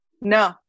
No